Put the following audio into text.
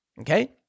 Okay